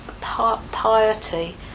piety